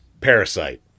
Parasite